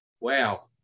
wow